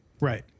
Right